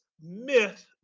myth